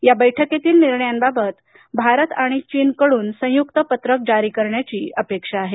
या बैठकीतील निर्णयांबाबत भारत आणि चीनकडून संयुक्त पत्रक जारी करण्याची प्रतीक्षा आहे